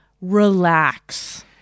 Relax